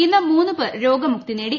ഇന്ന് മൂന്ന് പേർ രോഗ മുക്തി നേടി